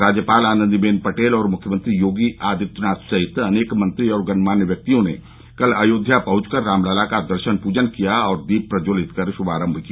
राज्यपाल आनन्दी बेन पटेल और मुख्यमंत्री योगी आदित्यनाथ सहित अनेक मंत्री और गणमान्य व्यक्तियों ने कल अयोध्या पहंच कर रामलला का दर्शन पजन किया और दीप प्रज्ज्वलित कर शुभारम्भ किया